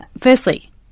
Firstly